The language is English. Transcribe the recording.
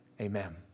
amen